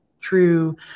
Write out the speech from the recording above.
true